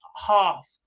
half